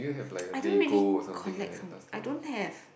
I don't really collect some I don't have